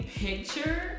picture